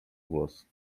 głos